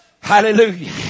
Hallelujah